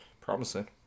Promising